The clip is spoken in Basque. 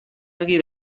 argi